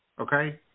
okay